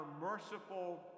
merciful